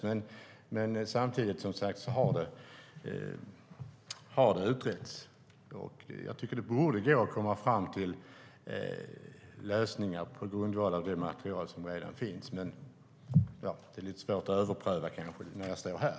Men samtidigt har det, som sagt, utretts, och jag tycker att det borde gå att komma fram till lösningar på grundval av det material som redan finns. Men det är kanske lite svårt att överpröva när jag står här.